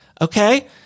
Okay